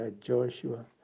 Joshua